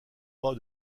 pas